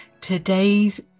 today's